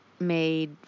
made